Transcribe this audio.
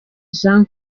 jean